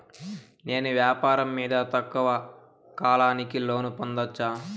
నేను వ్యాపారం మీద తక్కువ కాలానికి లోను పొందొచ్చా?